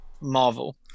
Marvel